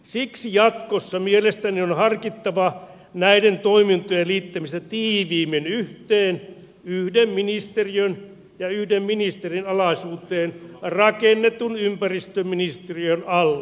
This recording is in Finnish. siksi jatkossa mielestäni on harkittava näiden toimintojen liittämistä tiiviimmin yhteen yhden ministeriön ja yhden ministerin alaisuuteen rakennetun ympäristöministeriön alle